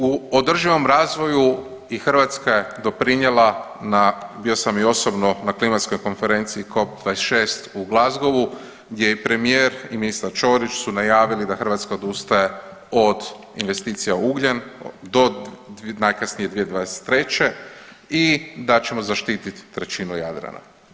U održivom razvoju i Hrvatska je doprinijela na bio sam i osobno na klimatskoj konferenciji COP26 u Glazgowu gdje je premijer i ministar Ćorić su najavili da Hrvatska odustaje od investicije ugljen do najkasnije 2023. i da ćemo zaštititi trećinu Jadrana.